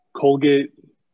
Colgate